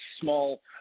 small